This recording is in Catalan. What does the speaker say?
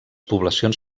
poblacions